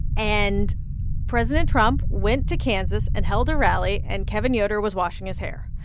and president trump went to kansas and held a rally. and kevin yoder was washing his hair.